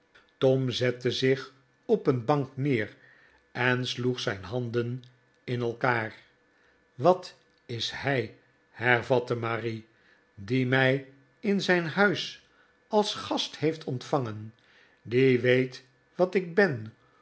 tom zette zich op een bank neer en sloeg zijn handen in elkaar wat is hij hervatte marie die mij in zijn huis als gast heeft ontvangen die weet wat ik ben